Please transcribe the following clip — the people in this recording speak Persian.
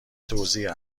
توزیع